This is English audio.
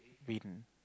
been